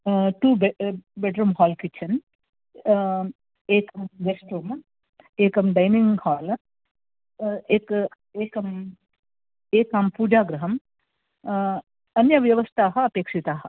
two bedroom hall kitchen एकं guest room एकं dining hall एक एकं एकं पूजागृहं अन्यव्यवस्थाः अपेक्षिताः